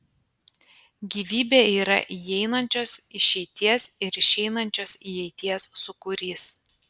gyvybė yra įeinančios išeities ir išeinančios įeities sūkurys